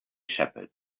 shepherd